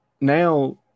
now